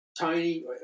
tiny